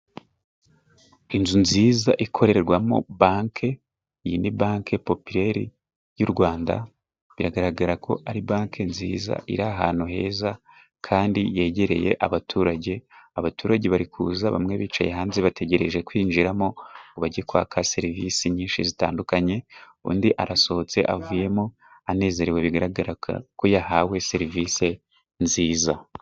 Inzu nziza ikorerwamo banke, iyi ni banke popilele y' u Rwanda biragaragara ko ari banki nziza iri ahantu heza, kandi yegereye abaturage. Abaturage bari kuza bamwe bicaye hanze bategereje kwinjiramo ngo bajye kwaka serivisi nyinshi zitandukanye, undi arasohotse avuyemo anezerewe bigaragara ko yahawe serivisi nziza.